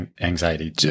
anxiety